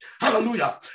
Hallelujah